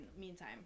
meantime